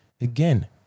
Again